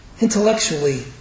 Intellectually